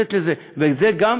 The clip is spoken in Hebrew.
לתת לזה, וזה גם